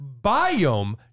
biome